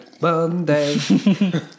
Monday